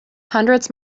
hundreds